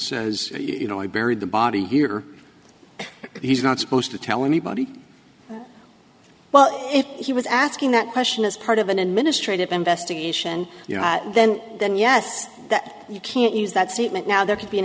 says you know i buried the body here he's not supposed to tell anybody well if he was asking that question as part of an administrative investigation then then yes that you can't use that statement now there could be an